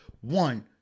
One